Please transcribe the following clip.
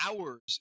hours